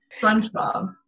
spongebob